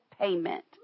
payment